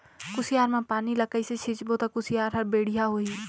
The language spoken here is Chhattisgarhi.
कुसियार मा पानी ला कइसे सिंचबो ता कुसियार हर बेडिया होही?